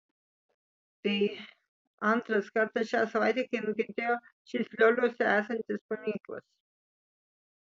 tai antras kartas šią savaitę kai nukentėjo šis lioliuose esantis paminklas